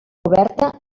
coberta